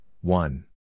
one